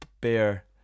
Bear